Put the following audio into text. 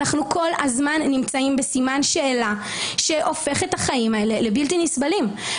אנחנו כל הזמן נמצאים בסימן שאלה שהופך את החיים האלה לבלתי נסבלים.